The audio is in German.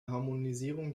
harmonisierung